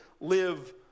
live